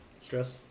Stress